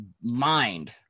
mind